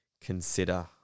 consider